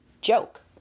joke